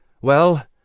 Well